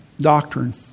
doctrine